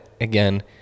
again